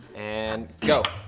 and go.